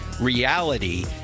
reality